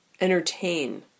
entertain